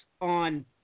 on